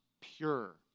pure